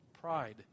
Pride